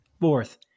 Fourth